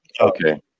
Okay